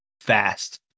fast